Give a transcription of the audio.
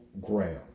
ground